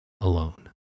alone